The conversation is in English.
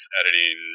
editing